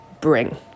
bring